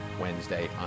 Wednesday